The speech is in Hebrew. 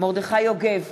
מרדכי יוגב,